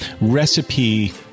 recipe